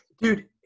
Dude